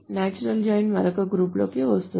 natural join మరొక group లోకి వస్తుంది